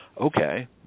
Okay